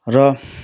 र